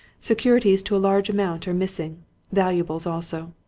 securities to a large amount are missing valuables also.